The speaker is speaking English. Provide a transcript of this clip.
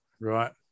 Right